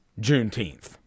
Juneteenth